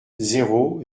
zéro